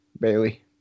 Bailey